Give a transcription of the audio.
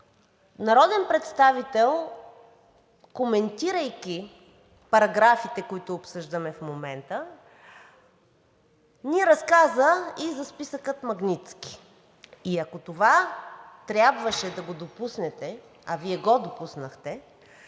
Народен представител, коментирайки параграфите, които обсъждаме в момента, ни разказа и за списъка „Магнитски“. Ако това трябваше да го допуснете, а Вие го допуснахте,